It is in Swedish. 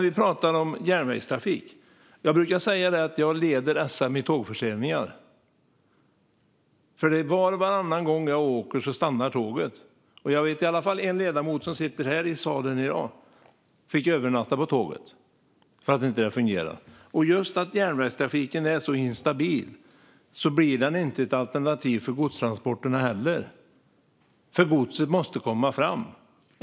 Vi pratar ju om järnvägstrafik. Jag brukar säga att jag leder SM i tågförseningar. Var och varannan gång jag åker stannar tåget. Jag vet i alla fall en ledamot som sitter här i salen i dag som fick övernatta på tåget eftersom det inte fungerade. Just därför att järnvägstrafiken är så instabil blir den inte ett alternativ för godstransporterna, för godset måste komma fram.